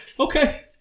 Okay